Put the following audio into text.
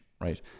right